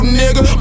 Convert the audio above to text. nigga